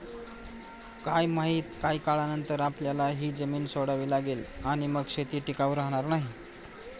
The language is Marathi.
काय माहित, काही काळानंतर आपल्याला ही जमीन सोडावी लागेल आणि मग शेती टिकाऊ राहणार नाही